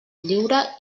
lliure